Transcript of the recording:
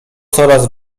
coraz